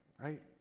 right